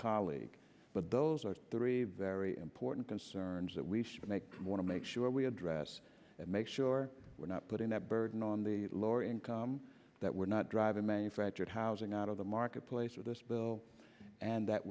colleague but those are three very important concerns that we should make more to make sure we address make sure we're not putting that burden on the lower income that we're not driving manufactured housing out of the marketplace with this bill and that